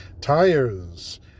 Tires